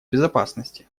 безопасности